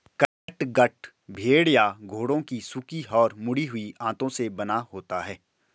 catgut भेड़ या घोड़ों की सूखी और मुड़ी हुई आंतों से बना होता है